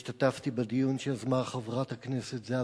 השתתפתי בדיון שיזמה חברת הכנסת זהבה